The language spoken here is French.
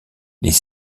les